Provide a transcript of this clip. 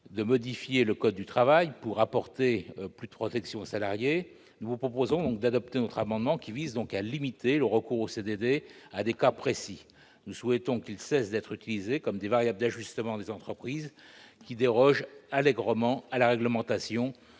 de modifier le code du travail pour apporter plus de protection aux salariés, nous vous proposons d'adopter notre amendement, qui vise à limiter le recours aux CDD à des cas précis. Nous souhaitons qu'ils cessent d'être utilisés comme des variables d'ajustement des entreprises, qui dérogent allègrement à la réglementation